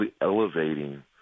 elevating